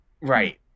Right